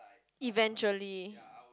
eventually